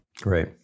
Great